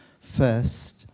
first